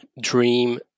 dream